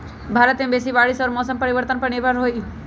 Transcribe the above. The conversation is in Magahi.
भारत में खेती बारिश और मौसम परिवर्तन पर निर्भर हई